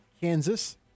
Kansas